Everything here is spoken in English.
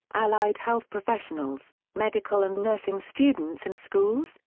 allied health professionals, medical and nursing students and schools,